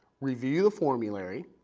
review the formulary,